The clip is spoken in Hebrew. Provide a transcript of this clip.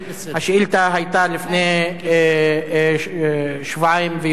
השאילתא הוגשה לפני שבועיים ויותר,